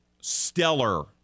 stellar